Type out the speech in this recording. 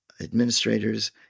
administrators